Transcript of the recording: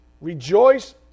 Rejoice